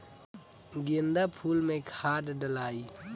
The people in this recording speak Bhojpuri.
गेंदा फुल मे खाद डालाई?